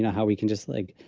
how we can just like,